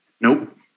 Nope